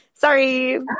Sorry